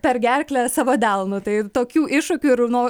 per gerklę savo delnu tai tokių iššūkių ir nuo